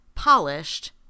polished